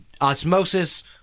osmosis